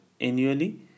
annually